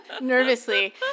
nervously